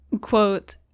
quote